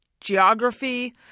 geography